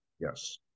Yes